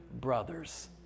brothers